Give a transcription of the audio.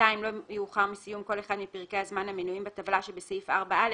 לא יאוחר מסיום כל אחד מפרקי הזמן המנויים בטבלה שבסעיף 4(א),